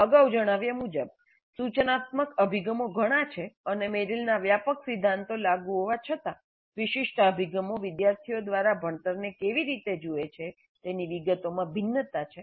અગાઉ જણાવ્યા મુજબ સૂચનાત્મક અભિગમો ઘણા છે અને મેરિલના વ્યાપક સિદ્ધાંતો લાગુ હોવા છતાં વિશિષ્ટ અભિગમો વિદ્યાર્થીઓ દ્વારા ભણતરને કેવી રીતે જુએ છે તેની વિગતોમાં ભિન્નતા છે